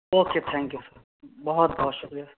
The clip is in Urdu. اوکے تھینک یو بہت بہت شکریہ